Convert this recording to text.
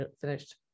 finished